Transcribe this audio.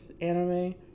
anime